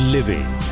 Living